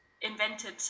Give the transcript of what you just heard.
invented